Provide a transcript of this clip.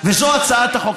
זו הצעת החוק.